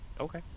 Okay